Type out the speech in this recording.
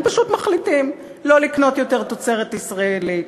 הם פשוט מחליטים לא לקנות יותר תוצרת ישראלית.